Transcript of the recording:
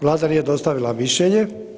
Vlada nije dostavila mišljenje.